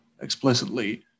explicitly